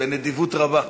בנדיבות רבה,